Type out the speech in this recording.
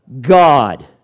God